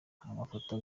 amafoto